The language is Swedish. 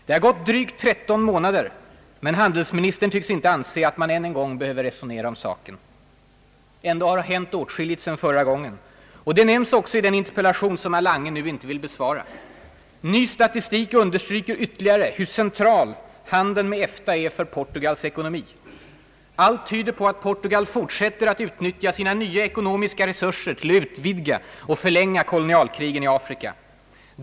Det har gått drygt 13 månader, men handelsministern tycks inte anse att han än en gång behöver resonera om saken. Ändå har det hänt åtskilligt sedan förra gången. Det nämns också i den interpellation som herr Lange nu inte vill besvara. Ny statistik understryker ytterligare hur central handeln med EFTA är för Portugals ekonomi. Allt tyder på att Portugal fortsätter att utnyttja sina nya ekonomiska resurser till att utvidga och förlänga kolonialkrigen i Afrika.